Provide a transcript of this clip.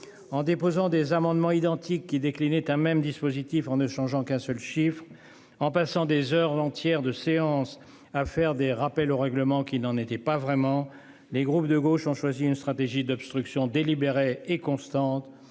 En déposant des amendements identiques qui déclinait un même dispositif en ne changeant qu'un seul chiffre en passant des heures entières de séance à faire des rappels au règlement qui n'en était pas vraiment les groupes de gauche ont choisi une stratégie d'obstruction délibérée et constante